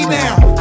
now